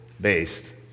based